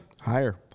Higher